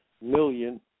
million